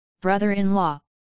brother-in-law